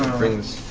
brings